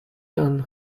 d’un